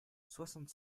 soixante